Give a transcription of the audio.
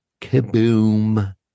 kaboom